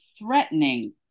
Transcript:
threatening